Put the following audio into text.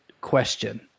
question